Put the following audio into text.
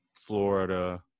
florida